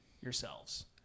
yourselves